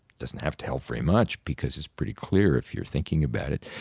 doesn't have to help very much because it's pretty clear if you're thinking about it.